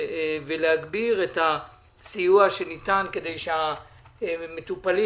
ולהגביר את הסיוע שניתן כדי שהמטופלים